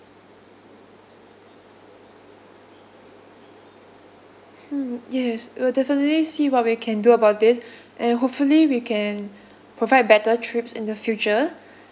hmm yes we will definitely see what we can do about this and hopefully we can provide better trips in the future